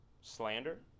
slander